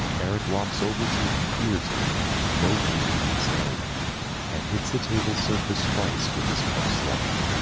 eric walks over to a computer table located in this area and hits the table surface twice with his pump slug.